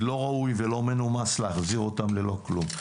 לא ראוי ולא מנומס להחזיר אותם ללא כלום.